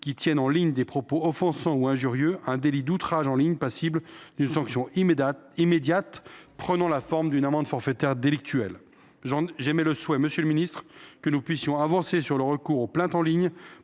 qui tiennent en ligne des propos offensants ou injurieux, un délit d’outrage en ligne passible d’une sanction immédiate prenant la forme d’une amende forfaitaire délictuelle. J’émets le souhait, monsieur le ministre, que nous puissions avancer sur le recours aux plaintes en ligne